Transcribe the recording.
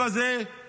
יושבים כמו סרדינים,